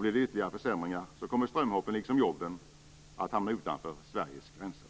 Blir det ytterligare försämringar kommer strömhoppen liksom jobben att hamna utanför Sveriges gränser.